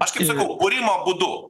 aš kaip sakau būrimo būdu